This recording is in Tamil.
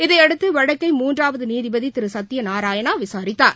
இதையடுத்து வழக்கை மூன்றாவது நீதிபதி திரு சத்திய நாராயணா விசாரித்தார்